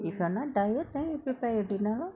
if you're not tired then you prepare your dinner lor